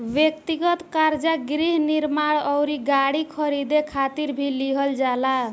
ब्यक्तिगत कर्जा गृह निर्माण अउरी गाड़ी खरीदे खातिर भी लिहल जाला